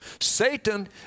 Satan